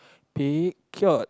paid cured